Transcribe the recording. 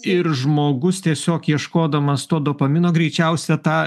ir žmogus tiesiog ieškodamas to dopamino greičiausia tą